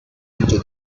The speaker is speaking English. into